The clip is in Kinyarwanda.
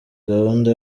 gahunda